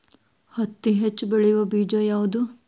ಹತ್ತಿ ಹೆಚ್ಚ ಬೆಳೆಯುವ ಬೇಜ ಯಾವುದು?